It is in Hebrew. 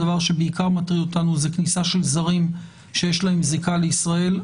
הדבר שבעיקר מטריד אותנו זה כניסה של זרים שיש להם זיקה לישראל.